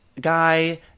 guy